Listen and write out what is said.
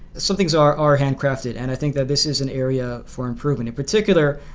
some things are are handcrafted, and i think that this is an area for improvement. in particular,